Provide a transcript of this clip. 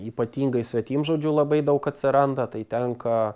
ypatingai svetimžodžių labai daug atsiranda tai tenka